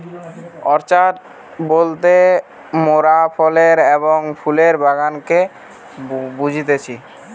orchard বলতে মোরাফলের এবং ফুলের বাগানকে বুঝতেছি